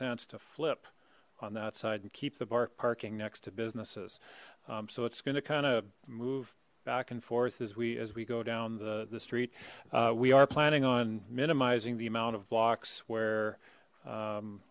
sense to flip on that side and keep the bart parking next to businesses so it's going to kind of move back and forth as we as we go down the street we are planning on minimizing the amount of blocks where